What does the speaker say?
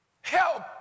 help